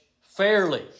fairly